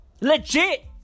Legit